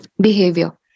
behavior